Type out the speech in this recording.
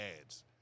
ads